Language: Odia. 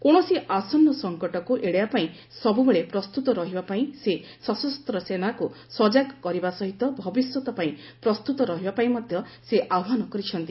କୌଣସି ଆସନ୍ନ ସଙ୍କଟକୁ ଏଡାଇବା ପାଇଁ ସବୁବେଳେ ପ୍ରସ୍ତୁତ ରହିବା ପାଇଁ ସେ ସଶସ୍ତ ସେନାକୁ ସଜ୍ଜାଗ କରିବା ସହିତ ଭବିଷ୍ୟତ ପାଇଁ ପ୍ରସ୍ତୁତ ରହିବାପାଇଁ ମଧ୍ୟ ସେ ଆହ୍ୱାନ କରିଛନ୍ତି